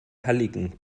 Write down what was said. halligen